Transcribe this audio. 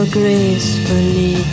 gracefully